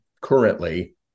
currently